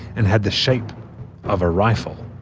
and had the shape of a rifle.